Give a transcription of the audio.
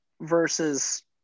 versus